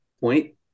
point